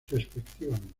respectivamente